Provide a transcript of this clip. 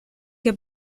que